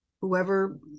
whoever